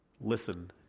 Listen